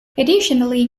additionally